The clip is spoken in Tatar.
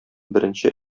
беренче